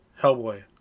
Hellboy